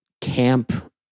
camp